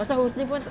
pasal husni pun